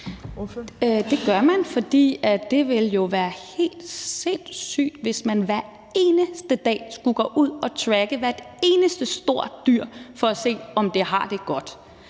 Det gør man, for det vil jo være helt sindssygt, hvis man hver eneste dag skulle gå ud og tracke hvert eneste store dyr for at se, om det har det godt.